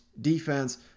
defense